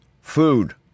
Food